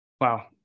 wow